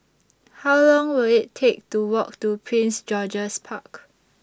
How Long Will IT Take to Walk to Prince George's Park